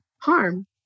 harm